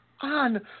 on